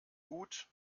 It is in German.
gut